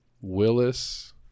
Willis